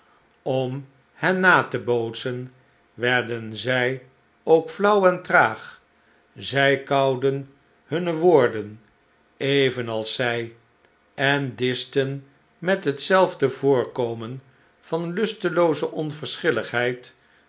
om hen na te bootsen werden zij ook flauw en traag zij kauwden hunne woorden evenals zij en dischten met hetzelfde voorkomen van lustelooze onverschilligheid